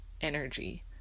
energy